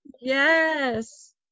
Yes